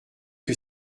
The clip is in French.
que